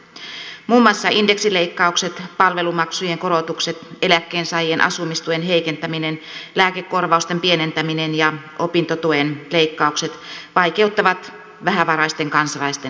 muun muassa indeksileikkaukset palvelumaksujen korotukset eläkkeensaajien asumistuen heikentäminen lääkekorvausten pienentäminen ja opintotuen leikkaukset vaikeuttavat vähävaraisten kansalaisten elämää